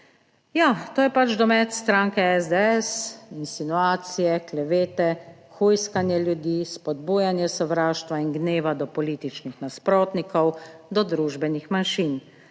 to je pač domet stranke SDS. Insinuacije, klevete, hujskanje ljudi, spodbujanje sovraštva in gneva do političnih nasprotnikov, do družbenih manjšin